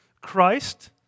Christ